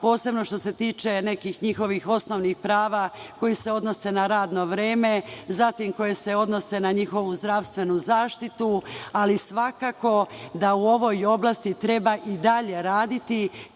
posebno što se tiče nekih njihovih osnovnih prava koji se odnose na radno vreme, na njihovu zdravstvenu zaštitu, itd. Ali, svakako da u ovoj oblasti treba i dalje raditi,